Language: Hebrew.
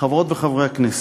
חברות וחברי הכנסת,